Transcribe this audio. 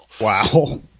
Wow